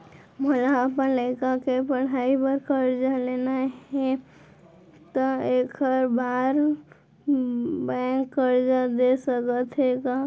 मोला अपन लइका के पढ़ई बर करजा लेना हे, त एखर बार बैंक करजा दे सकत हे का?